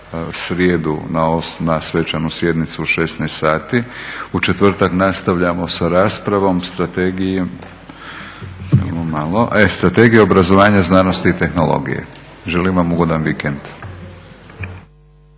srijedu na svečanu sjednicu u 16,00 sati. U četvrtak nastavljamo sa raspravom, strategija obrazovanja, znanosti i tehnologije. Želim vam ugodan vikend.